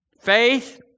Faith